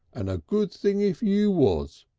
and a good thing if you was.